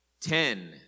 Ten